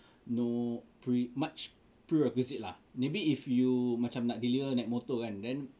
no pre~ much prerequisite lah maybe if you macam nak deliver naik motor kan then